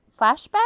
flashback